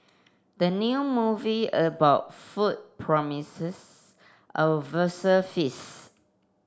the new movie about food promises a verse feast